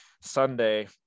Sunday